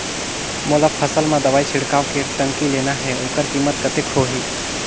मोला फसल मां दवाई छिड़काव के टंकी लेना हे ओकर कीमत कतेक होही?